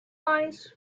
lines